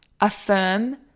affirm